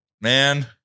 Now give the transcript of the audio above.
Man